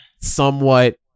somewhat